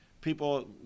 people